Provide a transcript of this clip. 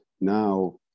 Now